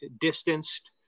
distanced